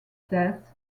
death